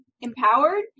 empowered